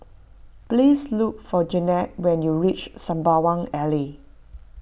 please look for Jennette when you reach Sembawang Alley